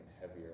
heavier